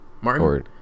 Martin